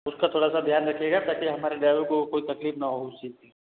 उसका थोड़ा सा ध्यान रखिएगा ताकि हमारे ड्राइवर को कोई तकलीफ ना हो उस चीज़ की